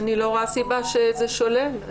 אני לא רואה סיבה שזה שולל.